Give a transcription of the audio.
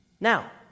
Now